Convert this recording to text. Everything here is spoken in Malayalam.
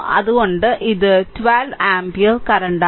അതിനാൽ ഇത് 12 ആമ്പിയർ കറന്റാണ്